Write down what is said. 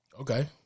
Okay